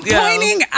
pointing